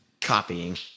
copying